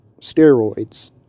steroids